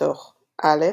בתוך א.